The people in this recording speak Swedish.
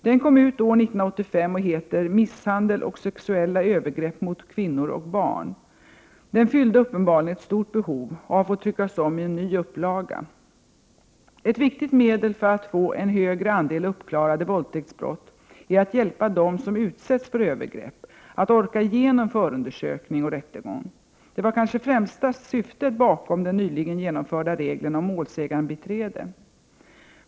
Den kom ut år 1985 och heter Misshandel och sexuella övergrepp mot kvinnor och barn. Den fyllde uppenbarligen ett stort behov och har fått tryckas om i en ny upplaga. Ett viktigt medel för att få en högre andel uppklarade våldtäktsbrott är att hjälpa dem som utsätts för övergrepp att orka igenom förundersökning och rättegång. Det var det kanske främsta syftet bakom de nyligen genomförda reglerna om målsägandebiträde.